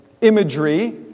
imagery